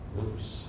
Oops